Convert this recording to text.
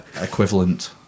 equivalent